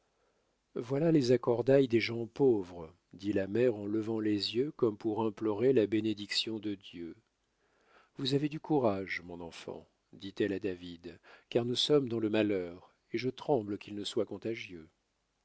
voilà les accordailles des gens pauvres dit la mère en levant les yeux comme pour implorer la bénédiction de dieu vous avez du courage mon enfant dit-elle à david car nous sommes dans le malheur et je tremble qu'il ne soit contagieux